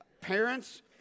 Parents